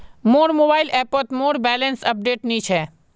मोर मोबाइल ऐपोत मोर बैलेंस अपडेट नि छे